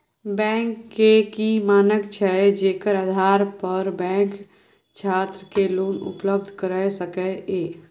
Bank के की मानक छै जेकर आधार पर बैंक छात्र के लोन उपलब्ध करय सके ये?